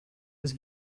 was